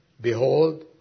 Behold